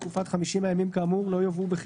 לא היו.